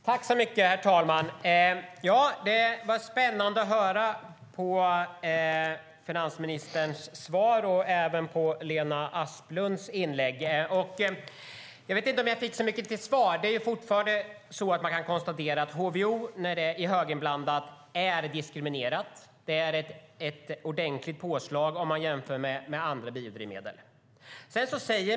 Herr talman! Det var spännande att höra finansministerns svar och även Lena Asplunds inlägg. Men jag vet inte om jag fick så mycket till svar. Man kan konstatera att HVO är diskriminerat när det är höginblandat. Det är ett ordentligt påslag om man jämför med andra biodrivmedel.